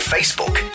Facebook